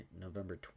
November